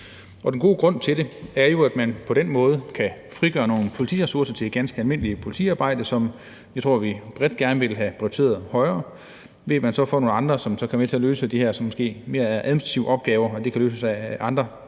Den gode grund til det er jo, at man på den måde kan frigøre nogle politiressourcer til ganske almindeligt politiarbejde, som jeg tror vi bredt gerne vil have prioriteret højere, ved at man så får nogle andre, som kan være med til at løse de her måske mere administrative opgaver. De kan løses af andre